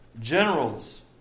generals